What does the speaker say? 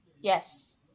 Yes